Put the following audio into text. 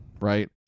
right